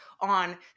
on